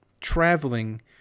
traveling